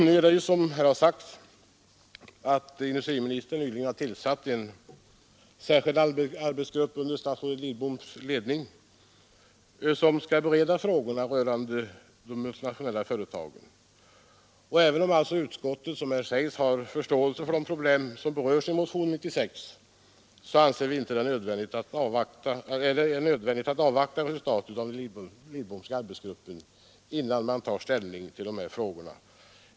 Nu är det emellertid på det sättet, som utskottet framhåller, att industriministern nyligen tillsatt en särskild arbetsgrupp under statsrådet Lidboms ledning, som skall bereda frågor rörande de multinationella företagen. Även om utskottet, som här anförts, har förståelse för de problem som berörs i motionen 96 anser vi det nödvändigt att avvakta resultatet av den Lidbomska arbetsgruppens arbete innan ställning tas till dessa frågor.